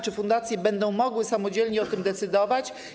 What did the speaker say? Czy fundacje będą mogły samodzielnie o tym decydować?